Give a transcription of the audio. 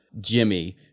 Jimmy